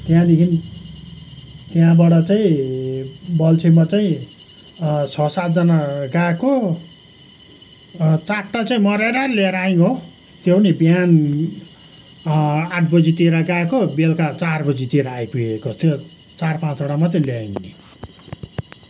त्यहाँदेखि त्यहाँबाट चाहिँ बल्छीमा चाहिँ छ सातजना गएको चारवटा चाहिँ मरेर लिएर आयौँ हो त्यो पनि बिहान आठबजीतिर गएको बेलुका चारबजीतिर आइपुगेको त्यो चार पाँचवटा मात्रै ल्यायौँ नि